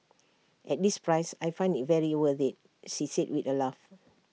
at this price I find IT very worth IT she said with A laugh